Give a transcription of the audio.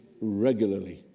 regularly